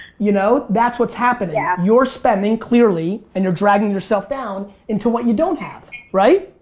you know, that's what's happening. yeah you're spending clearly and you're dragging yourself down into what you don't have right?